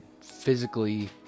physically